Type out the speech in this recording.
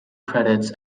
credits